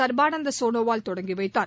சர்பானந்தா சோனாவால் தொடங்கி வைத்தார்